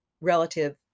relative